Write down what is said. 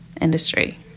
industry